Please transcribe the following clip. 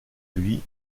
lui